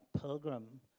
pilgrim